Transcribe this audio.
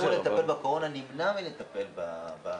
אבל הצוות שאמור לטפל בחולי הקורונה נמנע מלטפל בחולים.